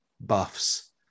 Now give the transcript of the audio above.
buffs